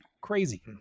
Crazy